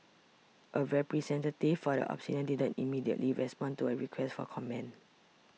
a representative for Obsidian didn't immediately respond to a request for comment